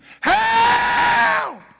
Help